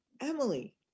Emily